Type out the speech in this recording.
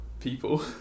people